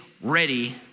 ready